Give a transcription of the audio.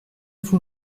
vous